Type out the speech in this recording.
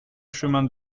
chemin